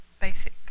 Basic